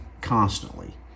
constantly